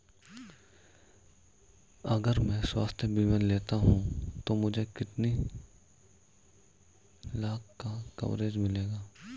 अगर मैं स्वास्थ्य बीमा लेता हूं तो मुझे कितने लाख का कवरेज मिलेगा?